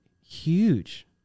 huge